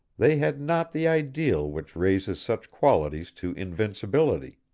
they had not the ideal which raises such qualities to invincibility.